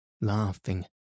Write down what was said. laughing